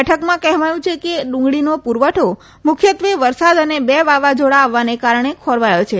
બેઠકમાં કહેવાયું કે ડુંગળીનો પુરવઠો મુખ્યત્વે વરસાદ અને બે વાવાઝોડા આવવાને કારણે ખોરવાયો છે